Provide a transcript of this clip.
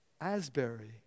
Asbury